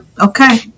Okay